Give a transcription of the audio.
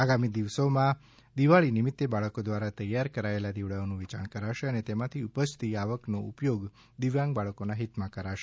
આગામી દિવસોમાં દિવાળી નિમિતે બાળકો દ્વારા તૈયર કરાયેલા દિવડાઓનુ વેચાણ કરાશે અને તેમાંથી ઉપજતી આવકનો ઉપયોગ દિવ્યાંગ બાળકોના હિતમાં કરાશે